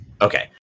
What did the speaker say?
Okay